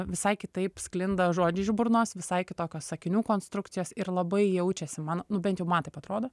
visai kitaip sklinda žodžiai iš burnos visai kitokios sakinių konstrukcijos ir labai jaučiasi mano nu bent jau man taip atrodo